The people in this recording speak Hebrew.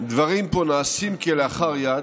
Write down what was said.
שדברים נעשים פה כלאחר יד,